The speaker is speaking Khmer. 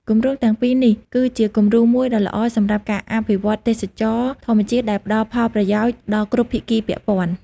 គម្រោងទាំងពីរនេះគឺជាគំរូមួយដ៏ល្អសម្រាប់ការអភិវឌ្ឍទេសចរណ៍ធម្មជាតិដែលផ្តល់ផលប្រយោជន៍ដល់គ្រប់ភាគីពាក់ព័ន្ធ។